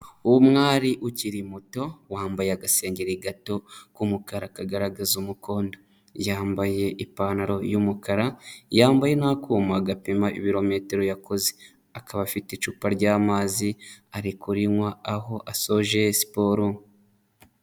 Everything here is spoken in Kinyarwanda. Uwo mwari ukiri muto, wambaye agasengeri gato k'umukara kagaragaza umukondo, yambaye ipantaro y'umukara, yambaye n'akuma gapima ibirometero yakoze, akaba afite icupa ry'amazi arikurinywa aho asoje siporo.